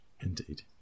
Indeed